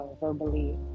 verbally